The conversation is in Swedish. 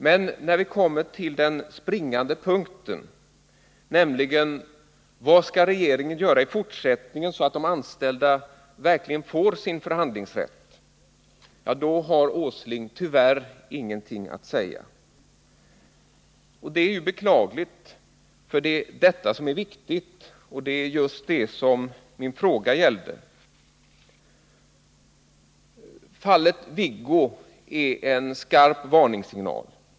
Men när vi kommer till den springande punkten, nämligen vad regeringen i fortsättningen skall göra för att de anställda verkligen skall få sin förhandlingsrätt, har Nils Åsling tyvärr ingenting att säga. Det är beklagligt, för det är det som är viktigt och just det som min fråga gällde. Fallet Viggo är en skarp varningssignal.